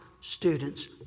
students